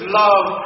love